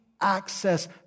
access